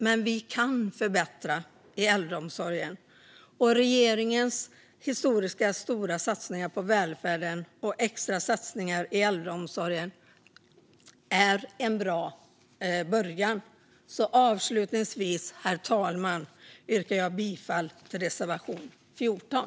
Men vi kan förbättra äldreomsorgen, och regeringens historiskt stora satsningar på välfärden och extra satsningar på äldreomsorgen är en bra början. Avslutningsvis, herr talman, yrkar jag bifall till reservation 14.